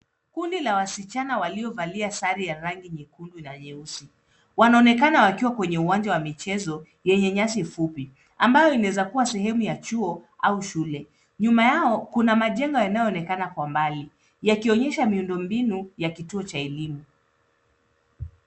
Kundi la wasichana waliovalia sare ya rangi nyekundu na nyeusi. Wanaonekana wakiwa kwenye uwanja wa michezo yenye nyasi fupi ambayo inaweza kuwa sehemu ya chuo au shule. Nyuma yao kuna majengo yanayoonkena kwa mbali yakionyesha miundo mbinu ya kituo cha elimu.